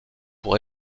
pour